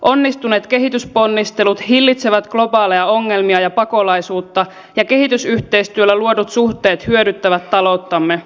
onnistuneet kehitysponnistelut hillitsevät globaaleja ongelmia ja pakolaisuutta ja kehitysyhteistyöllä luodut suhteet hyödyttävät talouttamme